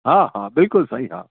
हा हा बिल्कुलु साईं हा